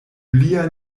lia